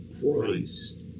Christ